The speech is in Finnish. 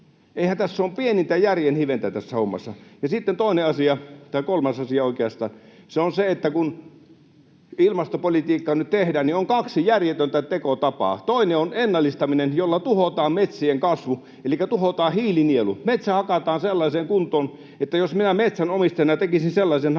hommassa ole pienintä järjen hiventä. Sitten kolmas asia on se, että kun ilmastopolitiikkaa nyt tehdään, niin on kaksi järjetöntä tekotapaa. Toinen on ennallistaminen, jolla tuhotaan metsien kasvu elikkä tuhotaan hiilinielu. Metsä hakataan sellaiseen kuntoon, että jos minä metsänomistajana tekisin sellaisen hakkuun,